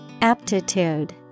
Aptitude